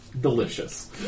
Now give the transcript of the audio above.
delicious